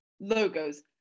Logos